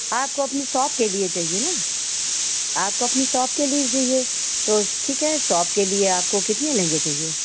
आपको अपनी सॉप के लिए चाहिये न आपको अपनी सॉप के लिए चाहिये तो ठीक है सॉप के लिए आपको कितने लहंगे चाहिए